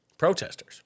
protesters